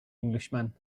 englishman